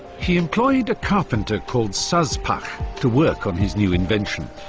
he employed a carpenter called saspach to work on his new invention.